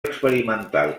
experimental